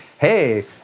hey